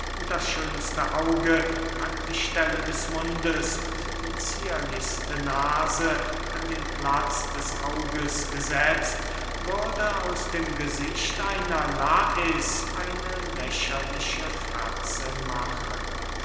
das schönste auge an die stelle des mundes und die zierlichste nase an den platz des auges gesetzt würde aus dem gesicht einer lais eine lächerliche fratze machen